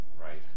Right